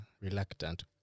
reluctant